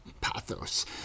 pathos